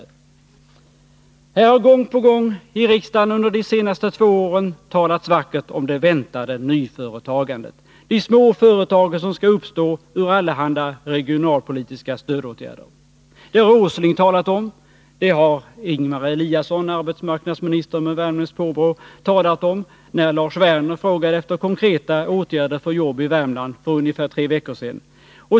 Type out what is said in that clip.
Det har gång på gång under de senaste två åren i riksdagen talats vackert om det väntade nyföretagandet, om de små företagen som skall uppstå ur allehanda regionalpolitiska stödåtgärder. Det har Nils Åsling talat om. Det har Ingemar Eliasson, arbetsmarknadsministern med värmländskt påbrå, talat om när Lars Werner frågat efter konkreta åtgärder för jobb i Värmland för ungefär tre veckor sedan.